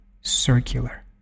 circular